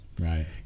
right